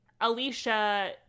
Alicia